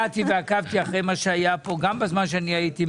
עקבתי אחר מה שהיה פה גם בזמן שהייתי.